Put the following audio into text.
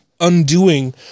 undoing